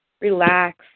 Relax